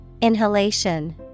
Inhalation